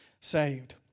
saved